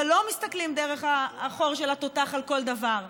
ולא מסתכלים דרך החור של התותח על כל דבר.